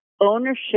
ownership